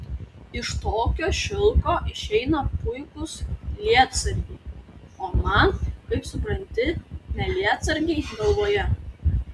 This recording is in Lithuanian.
iš tokio šilko išeina puikūs lietsargiai o man kaip supranti ne lietsargiai galvoje